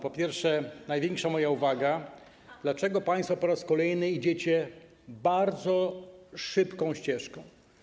Po pierwsze, największa moja uwaga: Dlaczego państwo po raz kolejny idziecie bardzo szybką ścieżką?